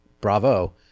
bravo